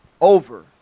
over